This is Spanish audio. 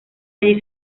allí